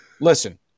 Listen